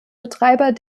betreiber